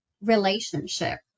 relationship